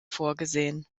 vorgesehen